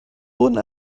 wurden